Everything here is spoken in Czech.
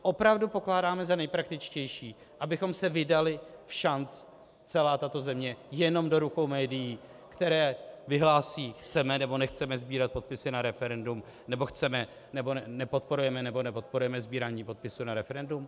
Opravdu pokládáme za nejpraktičtější, abychom se vydali všanc, celá tato země, jenom do rukou médií, která vyhlásí: chceme, nebo nechceme sbírat podpisy na referendum, nebo chceme, nebo podporujeme, nebo nepodporujeme sbírání podpisů na referendum?